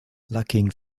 lacking